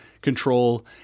control